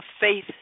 faith